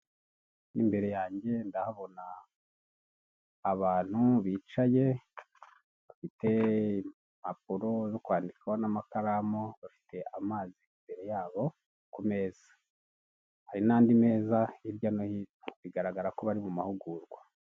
Imbere yange ndahabona abantu bicaye, bafite impapuro zo kwandikaho n'amakaramu, bafite amazi imbere yabo ku meza. Hari n'andi meza hirya no hino, bigaragara ko bari mu mahugurwa.